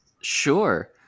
Sure